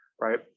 right